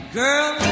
girl